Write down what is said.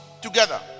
together